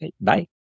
Bye